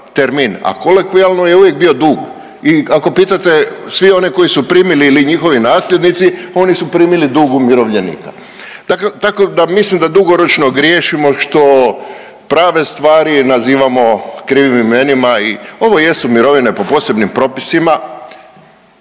a kolokvijalno je uvijek bio dug. I ako pitate svi oni koji su primili ili njihovi nasljednici oni su primili dug umirovljenika, tako da mislim da dugoročno griješimo što prave stvari nazivamo krivim imenima. Ovo jesu mirovine po posebnim propisima.